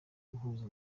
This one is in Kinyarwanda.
guhuza